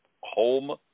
home